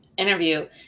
Interview